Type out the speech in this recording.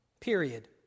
period